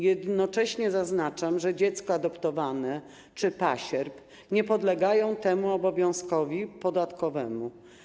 Jednocześnie zaznaczam, że dziecko adoptowane czy pasierb nie podlegają temu obowiązkowi podatkowemu.